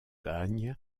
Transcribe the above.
bagne